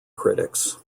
critics